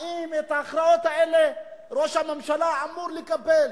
האם את ההכרעות האלה ראש הממשלה אמור לקבל,